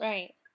Right